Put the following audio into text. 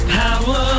power